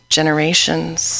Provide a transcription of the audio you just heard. Generations